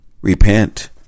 repent